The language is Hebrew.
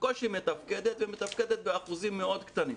בקושי מתפקדת, ומתפקדת באחוזים מאוד קטנים,